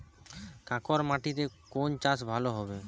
কাঁকর মাটিতে কোন চাষ ভালো হবে?